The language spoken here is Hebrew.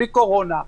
בלי הקורונה,